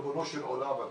ריבונו של עולם,